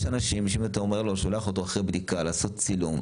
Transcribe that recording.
יש אנשים שאם אתה שולח אותו אחרי בדיקה לעשות צילום,